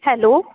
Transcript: hello